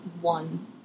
one